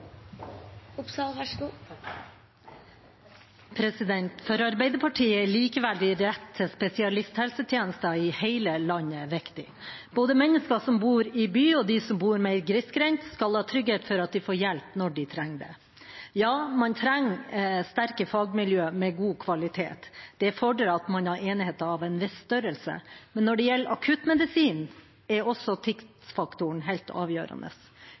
rett til spesialisthelsetjenester i hele landet viktig. Både mennesker som bor i by, og de som bor mer grisgrendt, skal ha trygghet for at de får hjelp når de trenger det. Man trenger sterke fagmiljøer med god kvalitet. Det fordrer at man har enheter av en viss størrelse. Men når det gjelder akuttmedisin, er også tidsfaktoren helt avgjørende.